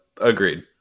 Agreed